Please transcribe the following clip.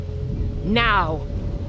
Now